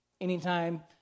Anytime